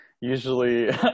Usually